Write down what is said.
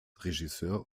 regisseur